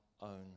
own